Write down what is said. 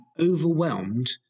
overwhelmed